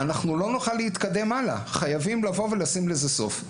אנחנו לא נוכל להתקדם הלאה חייבים לבוא ולשים לזה סוף.